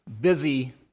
busy